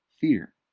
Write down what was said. fear